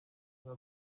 nka